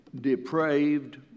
depraved